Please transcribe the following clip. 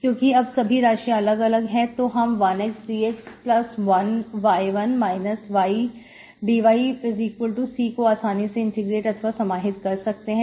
क्योंकि अब सभी राशियां अलग अलग हैं तो हम 1xdx1y1 ydyC को आसानी से इंटीग्रेट अथवा समाहित कर सकते हैं